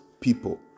people